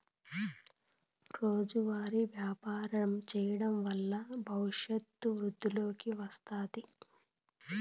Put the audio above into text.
రోజువారీ వ్యాపారం చేయడం వల్ల భవిష్యత్తు వృద్ధిలోకి వస్తాది